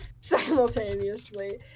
Simultaneously